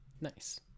nice